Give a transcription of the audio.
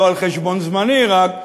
לא על חשבון זמני רק,